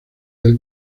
del